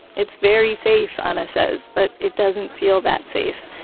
it's very safe anna says, but it doesn't feel that safe.